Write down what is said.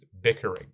bickering